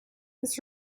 this